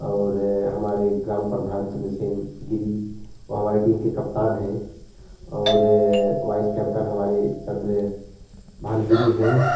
और हमारे ग्राम परधान चंद्रसेन गिरी वह हमारी टीम के कप्तान हैं और वाइस कैप्टन हमारे चन्द्रभान गिरी हैं